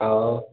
ହଉ